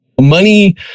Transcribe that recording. Money